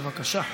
בבקשה.